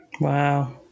Wow